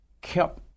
kept